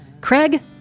Craig